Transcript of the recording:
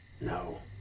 No